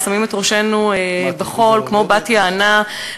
שמים את ראשנו בחול כמו בת-יענה,